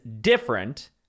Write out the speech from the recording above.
different